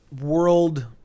World